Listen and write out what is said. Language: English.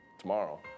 tomorrow